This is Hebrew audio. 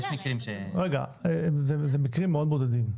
יש מקרים ש --- זה מקרים מאוד בודדים,